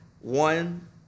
one